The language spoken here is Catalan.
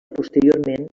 posteriorment